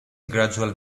gradual